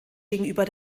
gegenüber